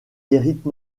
hérite